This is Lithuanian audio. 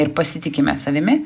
ir pasitikime savimi